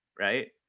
Right